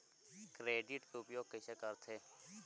Credit के उपयोग कइसे करथे?